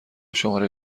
شماره